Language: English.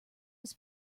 was